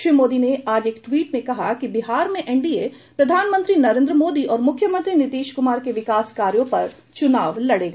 श्री मोदी ने आज एक ट्वीट में कहा कि बिहार में एनडीए प्रधानमंत्री नरेन्द्र मोदी और मुख्यमंत्री नीतीश कुमार के विकास कार्यों पर चूनाव लड़ेगा